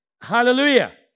Hallelujah